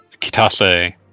Kitase